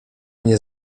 nie